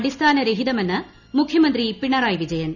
അടിസ്ഥാനരഹിതമെന്ന് മുഖ്യ്മിട്ടത് പിണറായി വിജയൻ